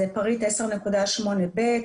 פריט 10.8(ב).